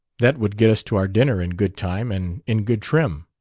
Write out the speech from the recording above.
that would get us to our dinner in good time and in good trim.